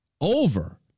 Over